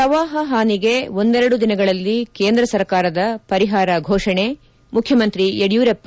ಪ್ರವಾಪ ಪಾನಿಗೆ ಒಂದೆರಡು ದಿನಗಳಲ್ಲಿ ಕೇಂದ್ರ ಸರ್ಕಾರದ ಪರಿಹಾರ ಘೋಷಣೆ ಮುಖ್ಯಮಂತ್ರಿ ಯಡಿಯೂರಪ್ಪ